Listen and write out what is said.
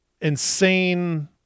insane